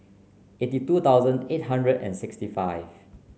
eighty two thousand eight hundred and sixty five